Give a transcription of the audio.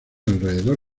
alrededor